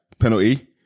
penalty